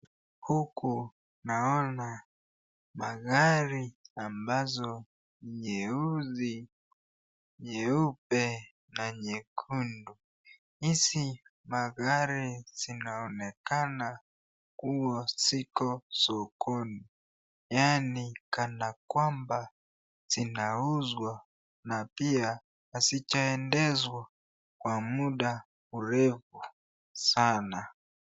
Huku naona magari ambazo nyeusi, nyeupe na nyekundu. Hizi magari zinaonekana luwa ziko sokoni yaani kana kwamba zinauzwa na hazijaendeshwa kwa muda mrefu sana.